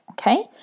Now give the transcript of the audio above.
Okay